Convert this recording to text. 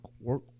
work